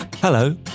Hello